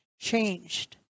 changed